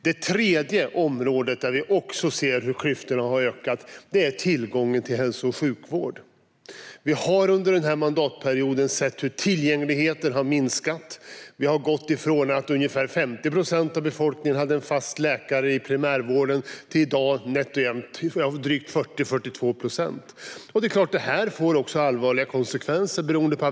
Det tredje området där vi ser hur klyftorna har ökat är tillgången till hälso och sjukvård. Vi har under denna mandatperiod sett hur tillgängligheten har minskat. Vi har gått från att ungefär 50 procent av befolkningen hade en fast läkare i primärvården till att det i dag är 40-42 procent. Det är klart att detta får allvarliga konsekvenser.